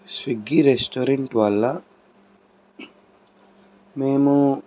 Swiggy restaurant వాళ్ళా మేము